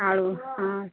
ଆଳୁ ହଁ